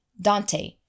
Dante